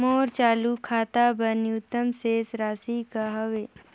मोर चालू खाता बर न्यूनतम शेष राशि का हवे?